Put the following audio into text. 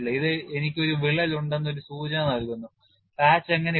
ഇത് എനിക്ക് ഒരു വിള്ളൽ ഉണ്ടെന്ന് ഒരു സൂചന നൽകുന്നു പാച്ച് എങ്ങനെ ഇടുന്നു